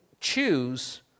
choose